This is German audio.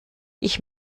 ich